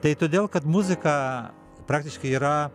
tai todėl kad muzika praktiškai yra